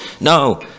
No